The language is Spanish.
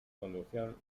conducían